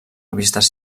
revistes